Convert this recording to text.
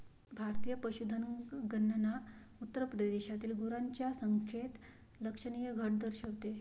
भारतीय पशुधन गणना उत्तर प्रदेशातील गुरांच्या संख्येत लक्षणीय घट दर्शवते